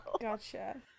Gotcha